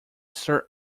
sir